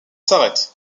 s’arrête